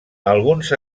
alguns